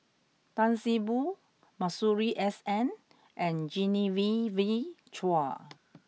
Tan See Boo Masuri S N and Genevieve Chua